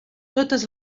totes